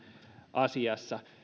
asiassa